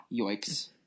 Yikes